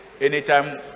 anytime